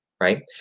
Right